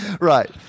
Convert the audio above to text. Right